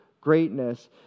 greatness